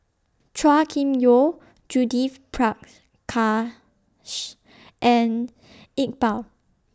Chua Kim Yeow Judith Prakash and Iqbal